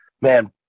man